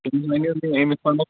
تٔمِس وَنیو میے